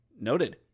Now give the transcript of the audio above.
Noted